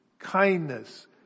kindness